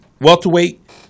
welterweight